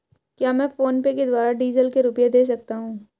क्या मैं फोनपे के द्वारा डीज़ल के रुपए दे सकता हूं?